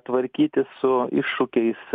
tvarkytis su iššūkiais